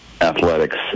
athletics